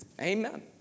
Amen